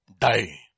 die